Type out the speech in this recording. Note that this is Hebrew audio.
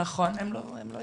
הם לא הגיעו.